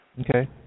Okay